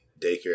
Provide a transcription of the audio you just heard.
daycare